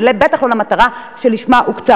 ובטח שלא למטרה שלשמה הוקצה